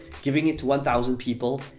giving it to one thousand people,